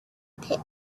pit